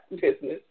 business